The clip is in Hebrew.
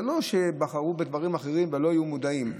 זה לא שבחרו בדברים אחרים ולא היו מודעים.